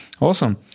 awesome